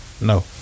No